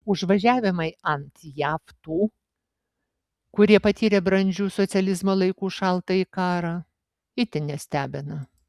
užvažiavimai ant jav tų kurie patyrė brandžių socializmo laikų šaltąjį karą itin nestebina